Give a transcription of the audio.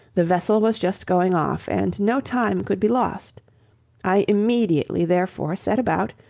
the vessel was just going off, and no time could be lost i immediately therefore set about,